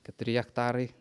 keturi hektarai